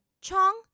Chong